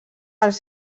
als